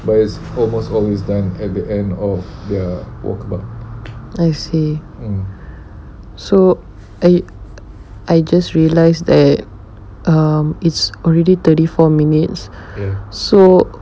I see so I I just realise that um it's already thirty four minutes ya so